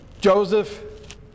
Joseph